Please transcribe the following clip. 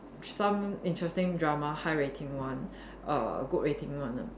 some interesting drama high rating one err good rating one ah